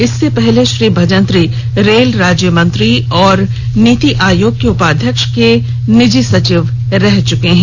इससे पहले श्री भजंत्री रेल राज्यमंत्री और नीति आयोग के उपाध्यक्ष के निजी सचिव रह चुके हैं